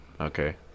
Okay